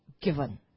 given